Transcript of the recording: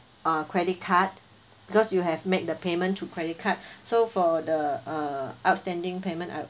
uh credit card because you have made the payment through credit card so for the uh outstanding payments I'll